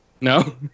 No